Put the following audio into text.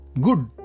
good